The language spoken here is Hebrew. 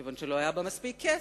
מכיוון שלא היה בה מספיק כסף,